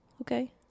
Okay